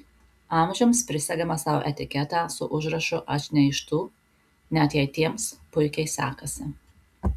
amžiams prisegame sau etiketę su užrašu aš ne iš tų net jei tiems puikiai sekasi